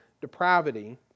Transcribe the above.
depravity